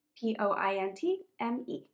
P-O-I-N-T-M-E